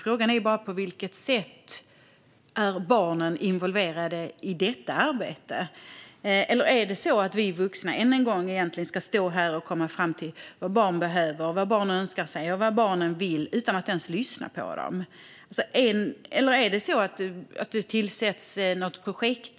Frågan är bara på vilket sätt barnen är involverade i detta arbete. Är det så att vi vuxna än en gång ska stå här och komma fram till vad barn behöver, vad barn önskar sig och vad barnen vill utan att ens lyssna på dem? Är det så att det tillsätts något projekt?